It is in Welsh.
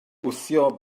wthio